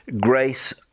grace